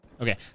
Okay